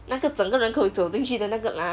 那个整个人可以走进去的那个 lah